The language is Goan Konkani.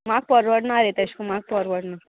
म्हाका परवडना रे तेश कोन म्हाका परवडना